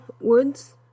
Woods